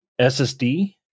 SSD